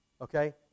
Okay